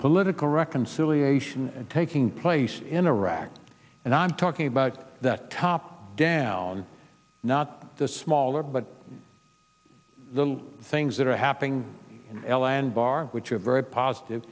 political reconciliation and taking place in iraq and i'm talking about that top down not the smaller but the things that are happening in ellen barr which are very positive